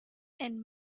and